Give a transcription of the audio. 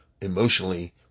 emotionally